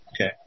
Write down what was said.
okay